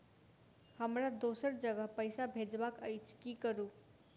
हमरा दोसर जगह पैसा भेजबाक अछि की करू?